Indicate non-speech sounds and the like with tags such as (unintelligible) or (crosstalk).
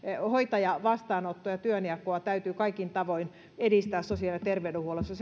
hoitajavastaanottoa ja työnjakoa täytyy kaikin tavoin edistää sosiaali ja terveydenhuollossa (unintelligible)